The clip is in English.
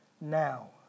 Now